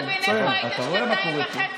אני רק רוצה להבין איפה היית שנתיים וחצי מאז הבחירות,